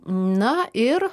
na ir